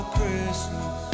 Christmas